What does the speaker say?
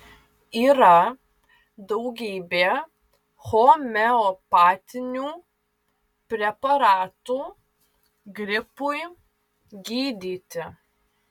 yra daugybė homeopatinių preparatų gripui gydyti